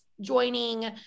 joining